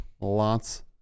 Lots